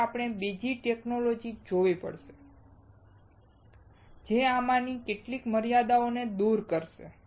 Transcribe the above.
તેથી આપણે બીજી ટેક્નૉલોજિ જોવી પડશે જે આમાંની કેટલીક મર્યાદાઓને દૂર કરશે